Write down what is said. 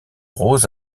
rose